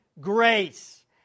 grace